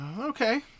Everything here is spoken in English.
okay